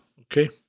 okay